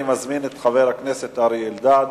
אני מזמין את חבר הכנסת אריה אלדד.